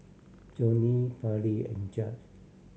Johnnie Pairlee and Judge